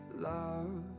love